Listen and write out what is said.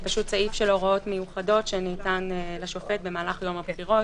סעיף של הוראות מיוחדות שניתן לשופט במהלך יום הבחירות